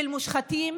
של מושחתים,